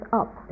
up